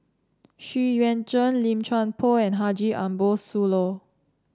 Xu Yuan Zhen Lim Chuan Poh and Haji Ambo Sooloh